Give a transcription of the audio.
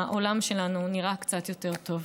העולם שלנו נראה קצת יותר טוב.